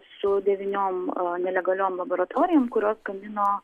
su devyniom nelegaliom laboratorijom kurios gamino